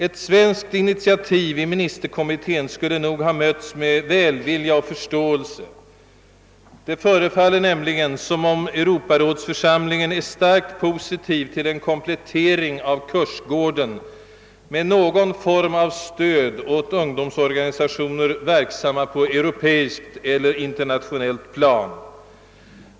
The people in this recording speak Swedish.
Ett svenskt initiativ i ministerkommittén skulle nog ha mötts med välvilja och förståelse. Det förefaller nämligen som om europarådsförsamlingen är starkt positiv till en komplettering av kursgården med någon form av stöd åt ungdomsorganisationer verksamma på europeiskt eller internationellt plan.